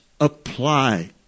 apply